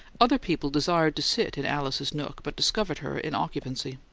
other people desired to sit in alice's nook, but discovered her in occupancy.